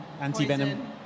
Anti-venom